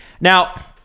now